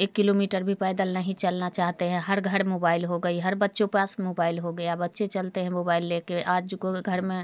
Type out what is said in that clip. एक किलोमीटर भी पैदल नहीं चलना चाहते हैं हर घर मोबाइल हो गई हर बच्चों पास मोबाइल हो गया बच्चे चलते हैं मोबाइल लेके आज को घर में